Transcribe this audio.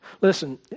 Listen